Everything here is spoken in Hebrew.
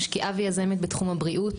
משקיעה ויזמת בתחום הבריאות,